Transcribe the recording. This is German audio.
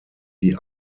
sie